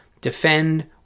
defend